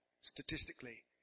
statistically